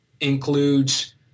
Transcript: includes